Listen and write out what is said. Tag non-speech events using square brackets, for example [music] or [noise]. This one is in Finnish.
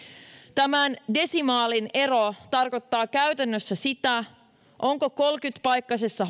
tämän desimaalin ero tarkoittaa käytännössä sitä onko kolmekymmentä paikkaisessa [unintelligible]